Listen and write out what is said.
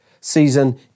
season